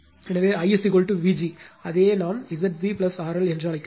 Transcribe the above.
எனவே I Vg அதையே நாம் Zg RL என்று அழைக்கிறோம்